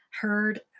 Heard